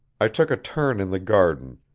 i took a turn in the garden,